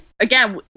Again